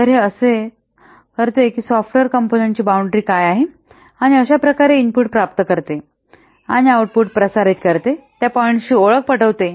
तर हे असेस करते की सॉफ्टवेयर कॉम्पोनन्ट ची बॉउंद्री काय आहे आणि अशा प्रकारे इनपुट प्राप्त करते आणि आउट पुट प्रसारित करते त्या पॉइंट्सची ओळख पटवते